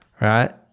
right